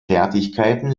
fertigkeiten